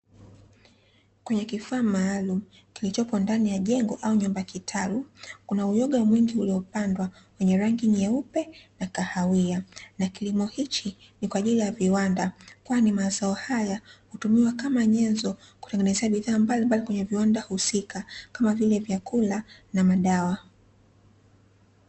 Kwenye kifaa maalumu kilichopo ndani jengo au nyumba kitalu, kuna uyoga mwingi uliopandwa weye rangi nyeupe, na kahawia na kilimo hichi ni kwaajili ya viwanda kwani mazao haya hutumiwa kama nyenzo kutengenezea bidhaa mbalimbali kwenye viwanda husika kama vile vyakula na madawa.